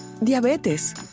Diabetes